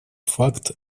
факт